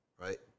right